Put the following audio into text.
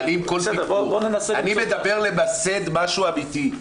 בוא ננסה למצוא --- אני מדבר על למסד משהו אמיתי.